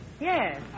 Yes